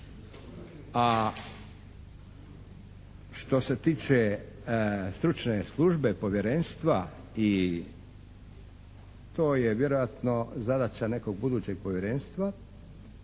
A što se tiče stručne službe povjerenstva i to je vjerojatno zadaća nekog budućeg povjerenstva.